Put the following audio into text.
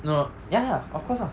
no y~ ya of course lah